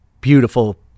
beautiful